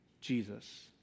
Jesus